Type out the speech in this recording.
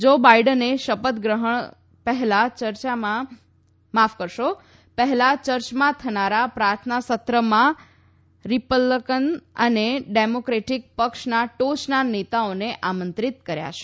જો બાઇડને શપથ ગ્રહણ પહેલા ચર્ચમાં થનારા પ્રાર્થના સત્રમાં રીપલ્લકન અને ડેમોક્રેટીક પક્ષના ટોચના નેતાઓને આમંત્રીત કર્યા છે